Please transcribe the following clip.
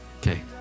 Okay